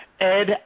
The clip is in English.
ed